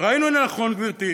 ראינו לנכון, גברתי,